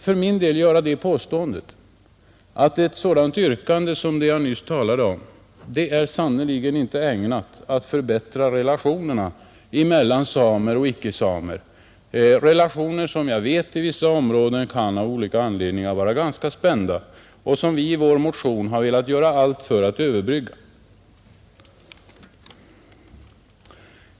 För min del anser jag att ett sådant krav som det jag nyss talade om sannerligen inte är ägnat att förbättra relationerna mellan samer och icke-samer, relationer som jag vet i vissa områden kan vara ganska spända och som vi med vår motion har velat göra allt för att förbättra.